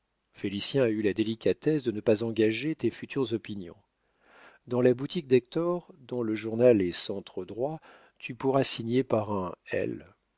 félicien a eu la délicatesse de ne pas engager tes futures opinions dans la boutique d'hector dont le journal est centre droit tu pourras signer par un l